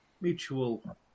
mutual